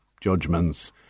judgments